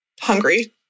hungry